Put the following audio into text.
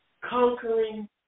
Conquering